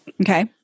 Okay